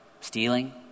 stealing